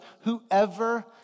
whoever